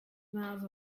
miles